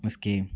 उसके